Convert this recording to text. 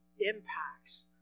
impacts